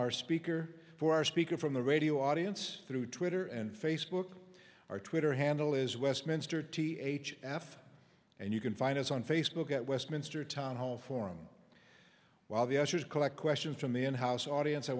our speaker for our speaker from the radio audience through twitter and facebook or twitter handle is westminster t h f and you can find us on facebook at westminster town hall forum while the answers collect questions from the in house audience i